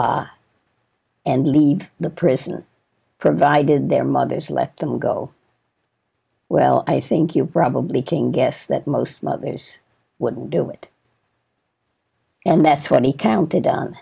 and leave the prison provided their mothers let them go well i think you probably king guess that most mothers wouldn't do it and that's what he counted on